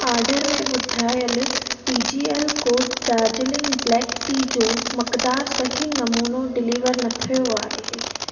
order में ॿुधायल T G L को दार्जीलिंग ब्लैक टी जो मकदारु सही नमूनो डिलीवर न थियो आहे